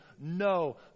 no